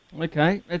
Okay